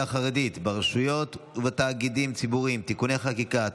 החרדית ברשויות ובתאגידים ציבוריים (תיקוני חקיקה),